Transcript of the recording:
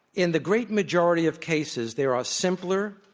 in the great majority of cases there are simpler,